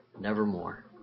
nevermore